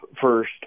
first